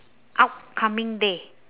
upcoming day